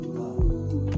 love